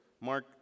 Mark